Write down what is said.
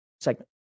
segment